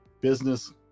business